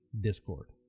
Discord